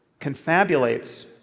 confabulates